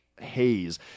haze